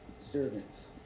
servants